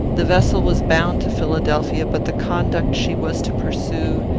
the vessel was bound to philadelphia but the conduct she was to pursue,